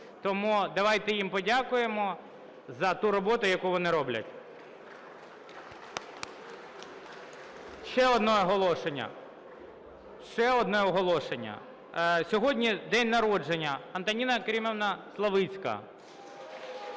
Тому давайте їм подякуємо за ту роботу, яку вони роблять. (Оплески) Ще одне оголошення. Сьогодні день народження: Антоніна Керимівна Славицька